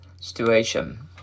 situation